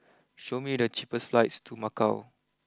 show me the cheapest flights to Macau